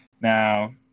Now